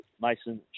Mason